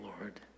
Lord